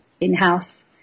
in-house